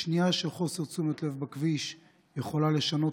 שנייה של חוסר תשומת לב בכביש יכולה לשנות